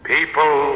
People